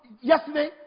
Yesterday